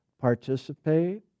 participate